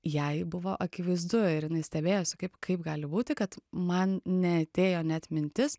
jai buvo akivaizdu ir jinai stebėjosi kaip kaip gali būti kad man neatėjo net mintis